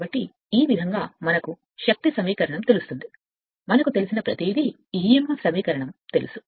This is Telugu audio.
కాబట్టి ఈ విధంగా మనకు శక్తి సమీకరణం తెలుస్తుంది మనకు తెలిసిన ప్రతిదీ emf సమీకరణం తెలుసు